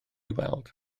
weld